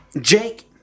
Jake